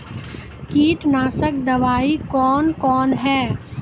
कीटनासक दवाई कौन कौन हैं?